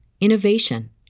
innovation